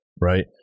right